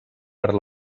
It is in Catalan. per